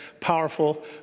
powerful